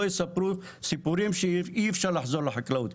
יספרו סיפורים שאי אפשר לחזור לחקלאות,